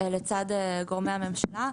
לצד גורמי הממשלה.